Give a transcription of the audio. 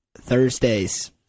Thursdays